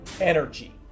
Energy